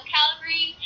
Calgary